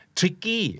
tricky